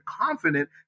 confident